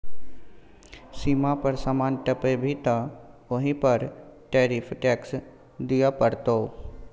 सीमा पर समान टपेभी तँ ओहि पर टैरिफ टैक्स दिअ पड़तौ